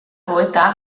poeta